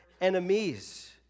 enemies